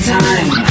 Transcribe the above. time